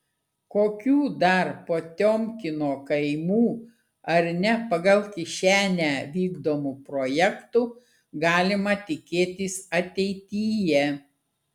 kokių dar potiomkino kaimų ar ne pagal kišenę vykdomų projektų galima tikėtis ateityje